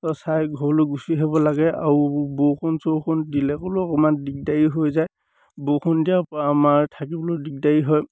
চাই ঘৰলৈ গুচি আহিব লাগে আৰু বৰষুণ চৰষুণ দিলে ক'লেও অকণমান দিগদাৰী হৈ যায় বৰষুণ দিয়াৰপৰা আমাৰ থাকিবলৈও দিগদাৰি হয়